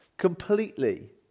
completely